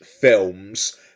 films